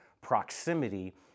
proximity